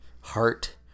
heart